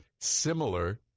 similar